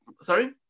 Sorry